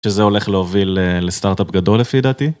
שזה הולך להוביל לסטארט-אפ גדול לפי דעתי.